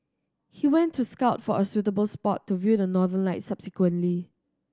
he went to scout for a suitable spot to view the Northern Lights subsequently